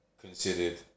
considered